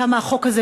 כמה החוק הזה,